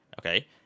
okay